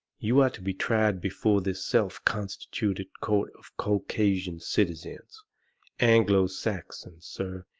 you are to be tried before this self-constituted court of caucasian citizens anglo-saxons, sir,